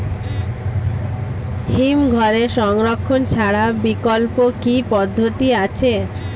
হিমঘরে সংরক্ষণ ছাড়া বিকল্প কি পদ্ধতি আছে?